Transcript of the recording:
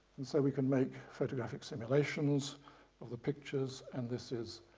and so we can make photographic simulations of the pictures and this is